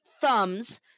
thumbs